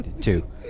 two